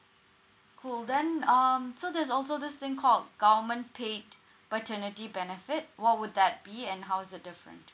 cool then um so there's also this thing called government paid paternity benefit what would that be and how is it different